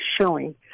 showing